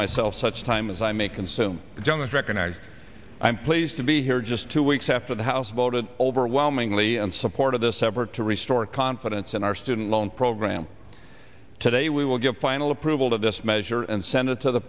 myself such time as i may consume don't recognize i'm pleased to be here just two weeks after the house voted overwhelmingly in support of this effort to restore confidence in our student loan program today we will give final approval to this measure and send it to the